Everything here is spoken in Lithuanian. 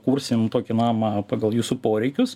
kursim tokią mamą pagal jūsų poreikius